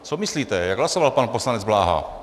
Co myslíte, jak hlasoval pan poslanec Bláha?